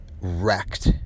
wrecked